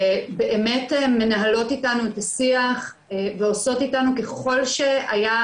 שבאמת מנהלות איתנו את השיח ועושות איתנו ככל שהיה